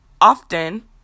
often